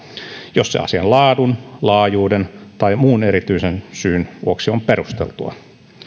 jos se asian laadun laajuuden tai muun erityisen syyn vuoksi on perusteltua